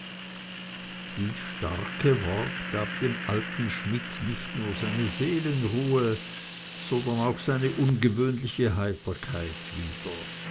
dies starke wort gab dem alten schmidt nicht nur seine seelenruhe sondern auch seine gewöhnliche heiterkeit wieder